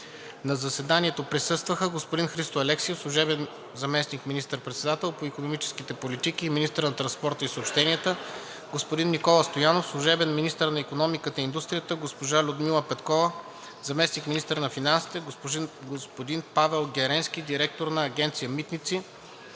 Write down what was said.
На заседанието присъстваха: господин Христо Алексиев – служебен заместник министър-председател по икономическите политики и министър на транспорта и съобщенията, господин Никола Стоянов – служебен министър на икономиката и индустрията, госпожа Людмила Петкова – заместник-министър на финансите, господин Павел Геренски – директор на Агенция „Митници“,